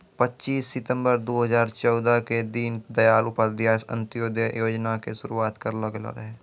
पच्चीस सितंबर दू हजार चौदह के दीन दयाल उपाध्याय अंत्योदय योजना के शुरुआत करलो गेलो रहै